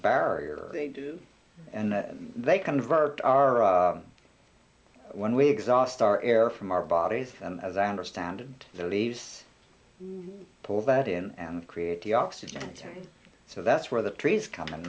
barrier they do and that they convert our when we exhaust our air from our bodies and as i understand the leaves pull that in and create the oxygen tank so that's where the trees come